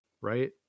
right